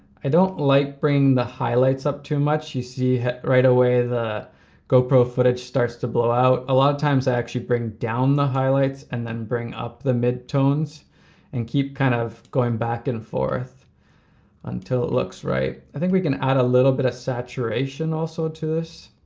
i don't like bringing the highlights up too much. you see right away the go pro footage starts to blow out. a lot of times i actually bring down the highlights and then bring up the mid-tones and keep kind of going back and forth until it looks right. i think we can add a little bit of saturation also to this.